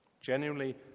Genuinely